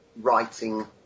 writing